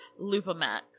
lupamax